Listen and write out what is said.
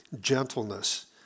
gentleness